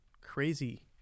crazy